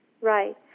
Right